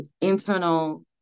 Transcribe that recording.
internal